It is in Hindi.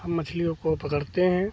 हम मछलियों को पकड़ते हैं